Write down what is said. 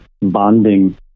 bonding